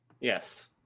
yes